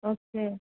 okay